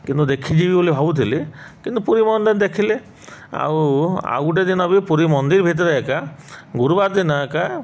କିନ୍ତୁ ଦେଖିଯିବି ବୋଲି ଭାବୁଥିଲି କିନ୍ତୁ ପୁରୀ ମନ୍ଦିର ଦେଖିଲେ ଆଉ ଆଉ ଗୋଟେ ଦିନ ବି ପୁରୀ ମନ୍ଦିର ଭିତରେ ଏକା ଗୁରୁବାର ଦିନ ଏକା